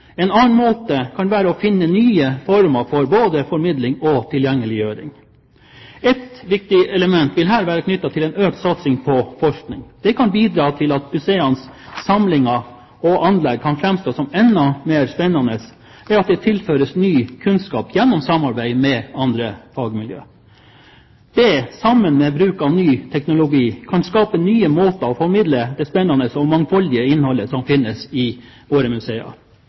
En annen måte kan være å finne nye former for både formidling og tilgjengeliggjøring. Et viktig element vil her være knyttet til en økt satsing på forskning. Det kan bidra til at museenes samlinger og anlegg kan framstå som enda mer spennende ved at det tilføres ny kunnskap gjennom samarbeid med andre fagmiljø. Det – sammen med bruk av ny teknologi – kan skape nye måter for å formidle det spennende og mangfoldige innholdet som finnes i våre museer.